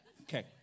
Okay